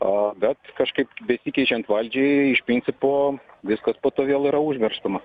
a bet kažkaip besikeičiant valdžiai iš principo viskas po to vėl yra užmirštama